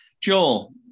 Joel